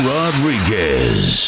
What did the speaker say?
Rodriguez